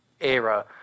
era